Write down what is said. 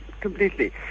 completely